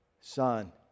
Son